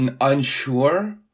unsure